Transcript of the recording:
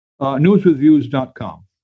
Newswithviews.com